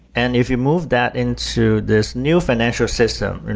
and if you move that into this new financial system,